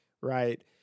right